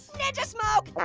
ninja smoke.